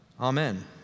Amen